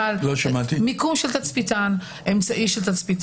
אמצעי שלו.